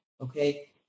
okay